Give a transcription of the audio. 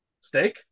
Steak